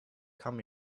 come